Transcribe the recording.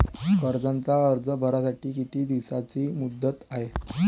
कर्जाचा अर्ज भरासाठी किती दिसाची मुदत हाय?